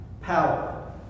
Power